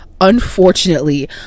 unfortunately